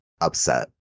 upset